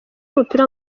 w’umupira